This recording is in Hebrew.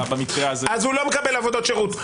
אז הוא לא מקבל עבודות שירות.